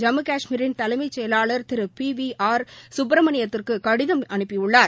ஜம்மு காஷ்மீரின் தலைமைச் செயலாளர் திருபிவி ஆர் சுப்பிரமணியத்துக்குகடிதம் அனுப்பியுள்ளார்